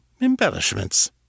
embellishments